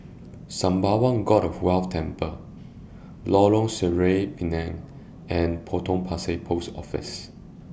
Sembawang God of Wealth Temple Lorong Sireh Pinang and Potong Pasir Post Office